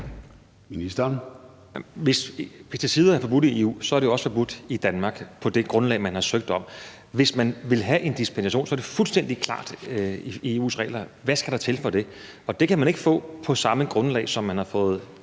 hvis pesticider er forbudt i EU, er de jo også forbudt i Danmark på det grundlag, man har søgt på. Hvis man vil have en dispensation, er det fuldstændig klart i EU's regler, hvad der skal til for at få det. Og det kan man ikke få på samme grundlag, som man har fået